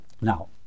now